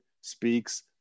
speaks